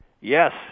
Yes